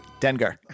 Dengar